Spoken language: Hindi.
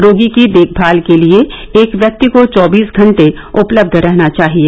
रोगी की देखभाल के लिए एक व्यक्ति को चौबीस घंटे उपलब्ध रहना चाहिए